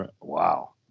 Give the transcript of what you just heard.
wow